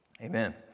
amen